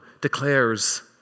declares